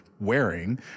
wearing